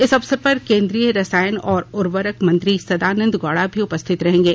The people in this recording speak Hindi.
इस अवसर पर केन्द्रीय रसायन और उर्वरक मंत्री सदानंद गौड़ा भी उपस्थित रहेंगे